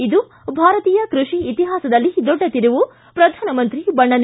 ಇದು ಭಾರತೀಯ ಕೃಷಿ ಇತಿಹಾಸದಲ್ಲಿ ದೊಡ್ಡ ತಿರುವು ಪ್ರಧಾನಮಂತ್ರಿ ಬಣ್ಣನೆ